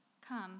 come